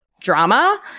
drama